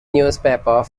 newspaper